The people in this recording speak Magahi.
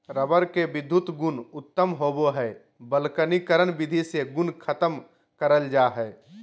रबर के विधुत गुण उत्तम होवो हय वल्कनीकरण विधि से गुण खत्म करल जा हय